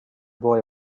boy